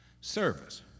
service